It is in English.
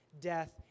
Death